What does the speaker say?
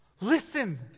Listen